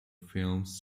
films